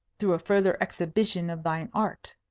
through a further exhibition of thine art.